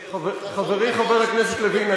חברי חבר הכנסת יריב,